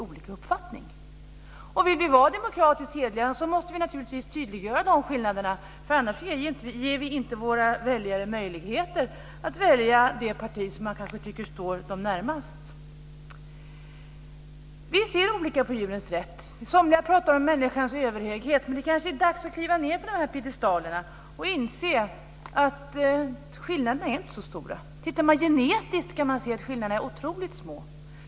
Om vi vill vara demokratiskt hederliga måste vi naturligtvis tydliggöra de skillnaderna. Annars ger vi inte våra väljare möjligheter att välja det parti som de kanske tycker står dem närmast. Vi ser olika på djurens rätt. Somliga talar om människans överhöghet. Det är kanske dags att kliva ned från piedestalerna och inse att skillnaderna inte är så stora. Tittar man genetiskt kan man se att skillnaderna är otroligt små.